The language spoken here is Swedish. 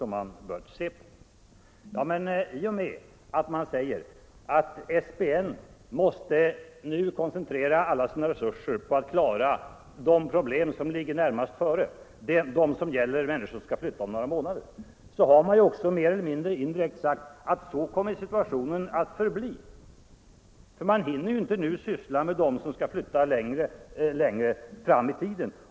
Men i och med att man säger att SPN 155 Nr 77 nu måste koncentrera alla sina resurser på att klara de problem som Måndagen den ligger närmast före — dvs. de problem som: gäller människor som skall 12 maj 1975 flytta om några månader — har man också indirekt sagt att så kommer — CL Situationen att förbli. Man hinner ju inte syssla med dem som skall Om omplaceringen flytta längre fram i tiden.